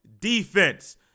defense